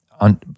on